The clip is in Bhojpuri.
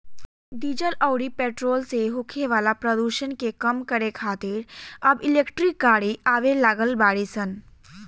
डीजल अउरी पेट्रोल से होखे वाला प्रदुषण के कम करे खातिर अब इलेक्ट्रिक गाड़ी आवे लागल बाड़ी सन